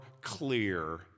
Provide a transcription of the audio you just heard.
clear